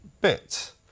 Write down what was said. bit